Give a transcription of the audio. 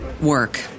work